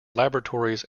laboratories